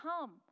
come